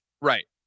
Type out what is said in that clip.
Right